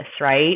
right